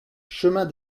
chemin